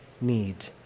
need